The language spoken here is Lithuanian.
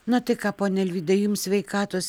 na tai ką pone alvydai jums sveikatos